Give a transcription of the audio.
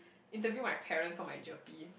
interview my parents for my GERPE